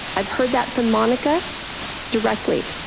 i've heard that from monica directly.